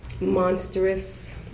monstrous